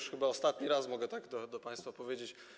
Już chyba ostatni raz mogę tak do państwa powiedzieć.